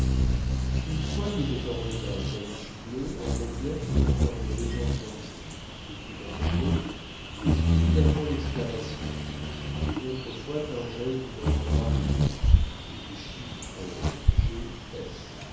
une fois il était orné d'un caniche bleu en relief surmontant une légende humoristique écrite en anglais et suivie d'un point d'exclamation une autre fois timbré d'une ancre marine ou du chiffre g